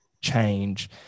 change